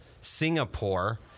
Singapore